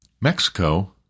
Mexico